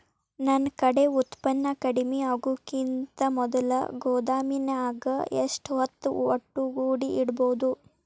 ನನ್ ಕಡೆ ಉತ್ಪನ್ನ ಕಡಿಮಿ ಆಗುಕಿಂತ ಮೊದಲ ಗೋದಾಮಿನ್ಯಾಗ ಎಷ್ಟ ಹೊತ್ತ ಒಟ್ಟುಗೂಡಿ ಇಡ್ಬೋದು?